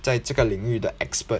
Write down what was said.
在这个领域的 expert